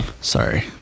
Sorry